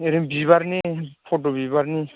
ओरै बिबारनि फदुम बिबारनि